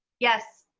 yes.